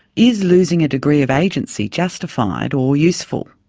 is losing a degree of agency justified or useful?